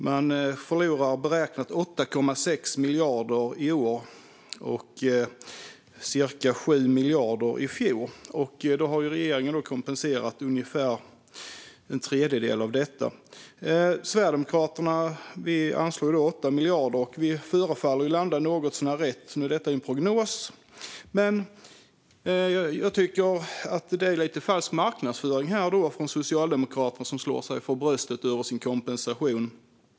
Man beräknar att man förlorar 8,6 miljarder i år och att man förlorade cirka 7 miljarder i fjor. Regeringen har då kompenserat ungefär en tredjedel av detta. Sverigedemokraterna anslår 8 miljarder. Nu är detta en prognos, men vi förefaller alltså landa något så när rätt. Jag tycker att det är lite falsk marknadsföring från Socialdemokraterna, som slår sig för bröstet över sin kompensation.